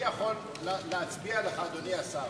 אני יכול להצביע לך, אדוני השר,